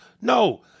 No